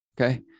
Okay